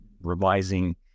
revising